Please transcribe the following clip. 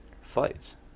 flights